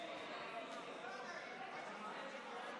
חברות וחברי הכנסת,